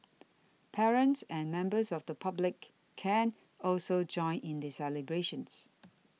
parents and members of the public can also join in the celebrations